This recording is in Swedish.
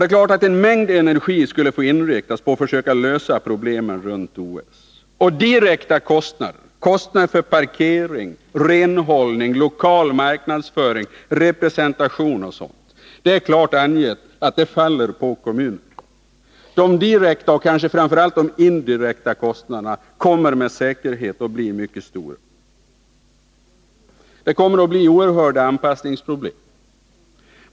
Det är klart att en mängd energi skulle få inriktas på att försöka lösa problemen runt OS. Direkta kostnader såsom kostnader för parkering, renhållning, lokal marknadsföring och representation faller på kommunen — det är klart angett. De direkta — och kanske framför allt de indirekta — kostnaderna kommer med sannolikhet att bli mycket stora. Det kommer att bli oerhörda anpassningsproblem.